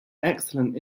excellent